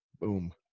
Boom